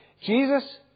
Jesus